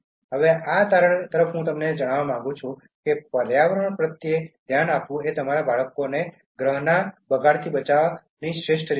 હવે આ તારણ તરફ હું તમને જણાવવા માંગુ છું કે પર્યાવરણ પ્રત્યે ધ્યાન આપવું એ તમારા બાળકોને ગ્રહના બગાડથી બચાવ શીખવવાની શ્રેષ્ઠ રીત છે